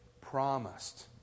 promised